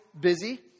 busy